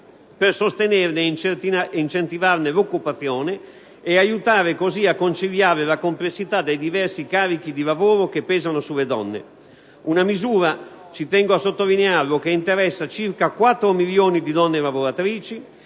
per sostenerne ed incentivarne l'occupazione e aiutare così a conciliare la complessità dei diversi carichi di lavoro che pesano sulle donne. È una misura - ci tengo a sottolinearlo - che interessa circa 4 milioni di donne lavoratrici,